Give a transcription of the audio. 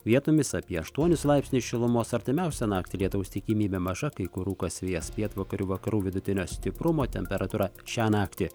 vietomis apie aštuonis laipsnius šilumos artimiausią naktį lietaus tikimybė maža kai kur rūkas vėjas pietvakarių vakarų vidutinio stiprumo temperatūra šią naktį